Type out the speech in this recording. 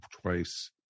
twice